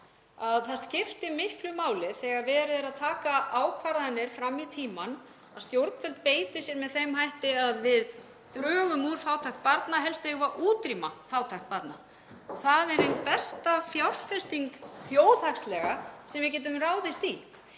að það skipti miklu máli þegar verið er að taka ákvarðanir fram í tímann að stjórnvöld beiti sér með þeim hætti að við drögum úr fátækt barna. Helst eigum við að útrýma henni. Það er ein besta fjárfesting þjóðhagslega sem við getum ráðist í